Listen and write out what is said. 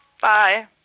Bye